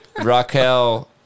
Raquel